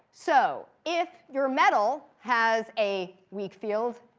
so, if your metal has a weak field,